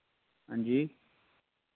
हांजी